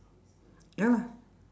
ya lah